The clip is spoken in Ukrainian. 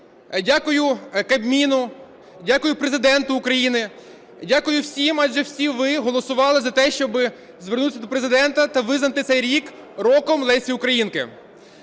дякую Кабміну, дякую Президенту України, дякую всім. Адже всі ви голосували за те, щоб звернутися до Президента та визнати цей рік роком Лесі Українки.